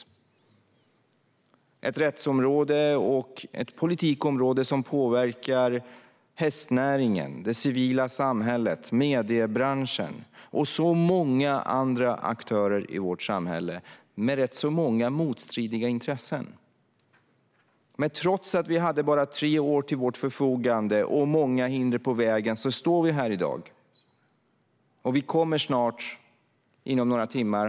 Det är ett rättsområde och ett politikområde som påverkar hästnäringen, det civila samhället, mediebranschen och många andra aktörer i vårt samhälle - med rätt så många och motstridiga intressen. Trots att vi bara hade tre år till vårt förfogande och många hinder på vägen står vi här i dag och kommer att ha ett beslut inom några timmar.